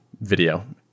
video